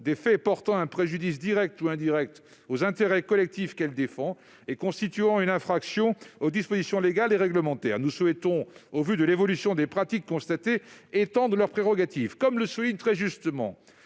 des faits portant un préjudice direct ou indirect aux intérêts collectifs qu'elles défendent et constituant une infraction aux dispositions légales et réglementaires. Nous souhaitons, au vu de l'évolution des pratiques constatées, étendre leurs prérogatives. Comme le souligne très justement